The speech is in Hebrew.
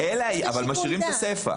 ומשאירים את הסיפא